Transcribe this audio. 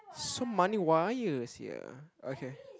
so many wires here okay